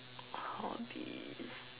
hobbies